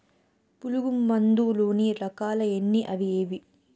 పులుగు మందు లోని రకాల ఎన్ని అవి ఏవి?